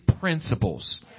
principles